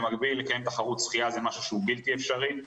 לקיים תחרות שחייה של 50 שחיינים במקביל זה משהו שהוא בלתי אפשרי.